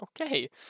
Okay